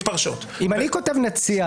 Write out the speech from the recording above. אם אני כותב "נציע",